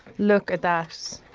look at that.